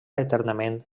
eternament